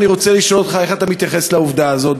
אני רוצה לשאול אותך איך אתה מתייחס לעובדה הזאת,